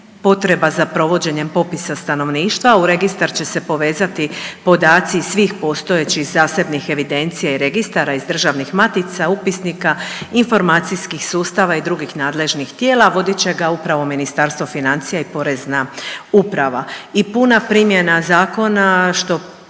potreba za provođenjem popisa stanovništva. U registar će se povezati podaci iz svih postojećih zasebnih evidencija i registara iz državnih matica, upisnika, informacijskih sustava i drugih nadležnih tijela. Vodit će ga upravo Ministarstvo gospodarstva i Porezna uprava i puna primjena zakona, što